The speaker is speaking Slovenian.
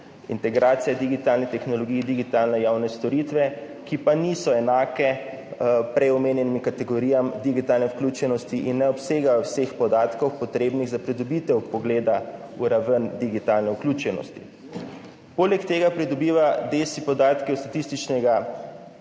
integracija digitalnih tehnologij, digitalne javne storitve, ki pa niso enake prej omenjenim kategorijam digitalne vključenosti in ne obsegajo vseh podatkov, potrebnih za pridobitev vpogleda v raven digitalne vključenosti. Poleg tega pridobiva DESI podatke od Statistične